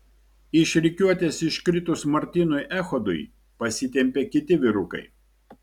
iš rikiuotės iškritus martynui echodui pasitempė kiti vyrukai